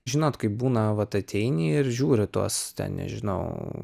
žinot kaip būna vat ateini ir žiūri tuos ten nežinau